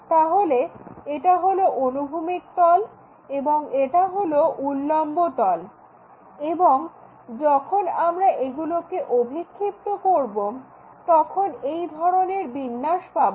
তাহলে এটা হলো অনুভূমিক তল এবং এটা হল উল্লম্ব তল এবং যখন আমরা এগুলোকে অভিক্ষিপ্ত করব তখন এই ধরনের বিন্যাস পাবো